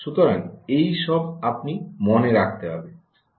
সুতরাং এই সব আপনি মনে রাখতে হবে